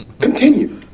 continue